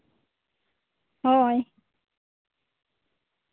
ᱦᱳᱭ